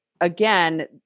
again